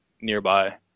nearby